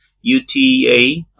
UTA